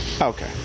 Okay